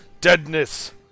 deadness